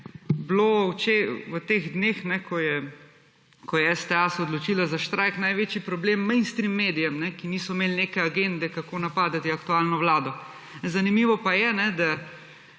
bilo v teh dneh, ko je STA se odločila za štrajk, največji problem mainstream medijem, ki niso imeli neke agende, kako napadati aktualno vlado. Zanimivo pa je, da